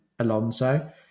Alonso